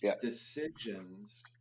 decisions